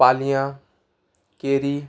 पालयां केरी